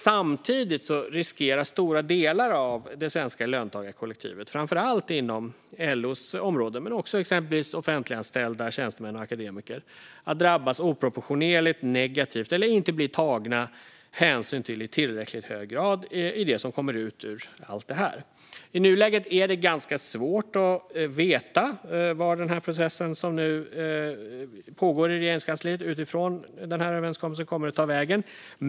Samtidigt riskerar stora delar av det svenska löntagarkollektivet, framför allt inom LO:s områden men också exempelvis offentliganställda tjänstemän och akademiker, att drabbas oproportionerligt negativt eller inte bli tagna hänsyn till i tillräckligt hög grad i det som kommer ut ur allt det här. I nuläget är det ganska svårt att veta vart den process som nu pågår i Regeringskansliet utifrån den här överenskommelsen kommer att ta vägen.